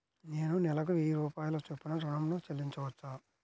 నేను నెలకు వెయ్యి రూపాయల చొప్పున ఋణం ను చెల్లించవచ్చా?